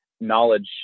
knowledge